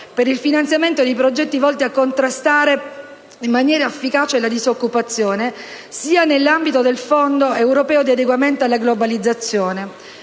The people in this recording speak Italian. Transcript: per il finanziamento dei progetti volti a contrastare in maniera efficace la disoccupazione, sia nell'ambito del Fondo europeo di adeguamento alla globalizzazione.